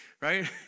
right